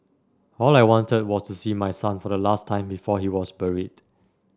all I wanted was to see my son for the last time before he was buried